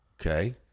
Okay